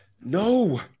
No